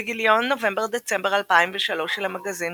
בגיליון נובמבר\דצמבר 2003 של המגזין,